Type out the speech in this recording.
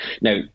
Now